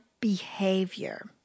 behavior